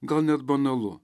gal net banalu